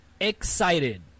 excited